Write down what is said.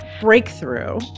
breakthrough